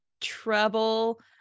trouble